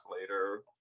later